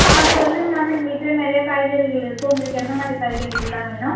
ஆ சொல்லுங்கள் மேம் எங்ககிட்ட நிறையா காய்கறிகள் இருக்குது உங்களுக்கு எந்த மாதிரி காய்கறிகள்லாம் வேணும்